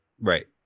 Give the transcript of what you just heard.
Right